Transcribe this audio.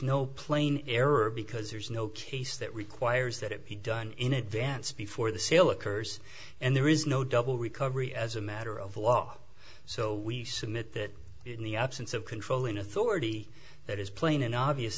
no plain error because there's no case that requires that it be done in advance before the sale occurs and there is no double recovery as a matter of law so we submit that in the absence of controlling authority that is plain and obvious